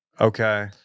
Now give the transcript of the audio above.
Okay